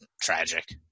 tragic